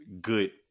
good